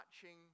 touching